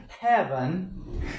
heaven